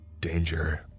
Danger